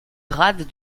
grade